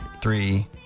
three